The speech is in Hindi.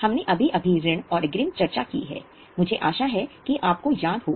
हमने अभी अभी ऋण और अग्रिम चर्चा की है मुझे आशा है कि आपको याद होगा